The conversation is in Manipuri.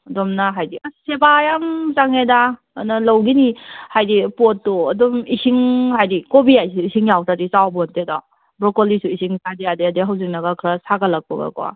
ꯑꯗꯨꯝꯅ ꯍꯥꯏꯗꯤ ꯑꯁ ꯁꯦꯕꯥ ꯌꯥꯝꯅ ꯆꯪꯉꯤꯗ ꯑꯗꯨꯅ ꯂꯧꯕꯤꯅꯤ ꯍꯥꯏꯗꯤ ꯄꯣꯠꯇꯣ ꯑꯗꯨꯝ ꯏꯁꯤꯡ ꯍꯥꯏꯗꯤ ꯀꯣꯕꯤ ꯍꯥꯏꯁꯤꯗꯤ ꯏꯁꯤꯡ ꯌꯥꯎꯗ꯭ꯔꯗꯤ ꯆꯥꯎꯕꯅꯇꯦꯗꯣ ꯕ꯭ꯔꯣꯀꯣꯂꯤꯁꯨ ꯏꯁꯤꯡ ꯆꯥꯏꯗ ꯌꯥꯗꯦ ꯑꯗꯨꯗꯩ ꯍꯧꯖꯤꯛꯅꯒ ꯈꯔ ꯁꯥꯒꯠꯂꯛꯄꯒꯀꯣ